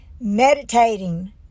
Meditating